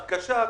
הרכשה,